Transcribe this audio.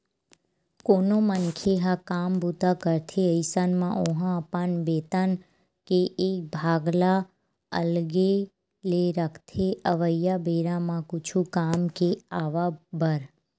कोनो मनखे ह काम बूता करथे अइसन म ओहा अपन बेतन के एक भाग ल अलगे ले रखथे अवइया बेरा म कुछु काम के आवब बर